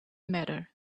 matter